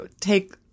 take